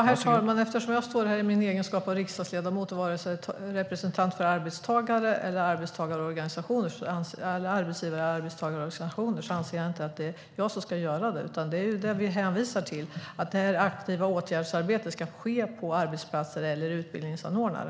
Herr talman! Eftersom jag står här i egenskap av riksdagsledamot och varken som representant för arbetsgivarorganisationer eller arbetstagarorganisationer anser jag inte att det är jag som ska göra det. Vi hänvisar till att det aktiva åtgärdsarbetet ska ske på arbetsplatser eller hos utbild-ningsanordnare.